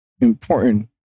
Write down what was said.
important